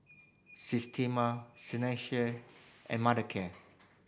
Systema Seinheiser and Mothercare